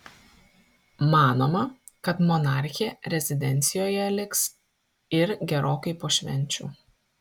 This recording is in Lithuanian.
manoma kad monarchė rezidencijoje liks ir gerokai po švenčių